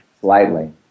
slightly